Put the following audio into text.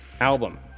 album